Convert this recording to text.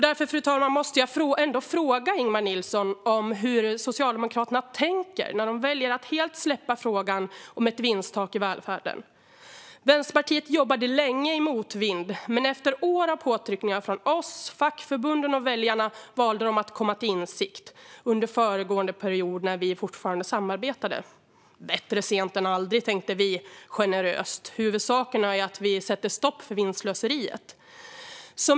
Jag måste därför ändå fråga Ingemar Nilsson om hur Socialdemokraterna tänker när de väljer att helt släppa frågan om ett vinsttak i välfärden. Vänsterpartiet jobbade länge i motvind. Men efter år av påtryckningar från oss, fackförbunden och väljarna valde Socialdemokraterna att komma till insikt under föregående period när vi fortfarande samarbetade. Bättre sent än aldrig, tänkte vi generöst. Huvudsaken är att vi sätter stopp för vinstslöseriet.